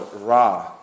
Ra